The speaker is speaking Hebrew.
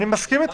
אני מסכים אתך.